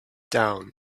down